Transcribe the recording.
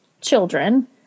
children